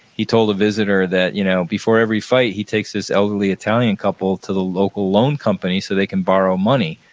he told a visitor that you know before every fight, he takes this elderly italian couple to the local loan company so they can borrow money.